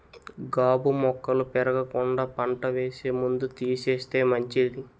గాబు మొక్కలు పెరగకుండా పంట వేసే ముందు తీసేస్తే మంచిది